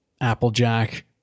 Applejack